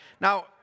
Now